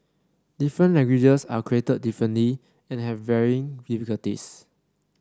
different languages are created differently and have varying difficulties